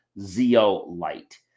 Zeolite